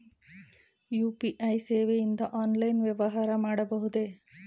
UPI ಸೇವೆಯಿಂದ online ವ್ಯವಹಾರ ಮಾಡಬಹುದೇ?